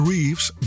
Reeves